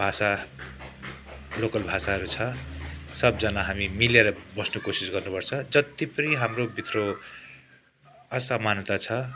भाषा लोकल भाषाहरू छ सबजना हामी मिलेर बस्ने कोसिस गर्नु पर्छ जति पनि हाम्रो भित्र असमानता छ